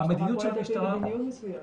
המשטרה פועלת לפי מדיניות מסוימת.